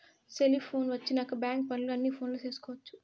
cellphone వచ్చినాక bank పనులు అన్ని ఫోనులో చేసుకొవచ్చు